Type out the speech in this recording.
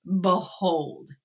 behold